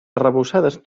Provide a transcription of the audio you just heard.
arrebossades